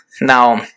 Now